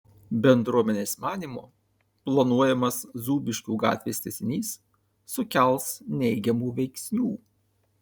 bendruomenės manymu planuojamas zūbiškių gatvės tęsinys sukels neigiamų veiksnių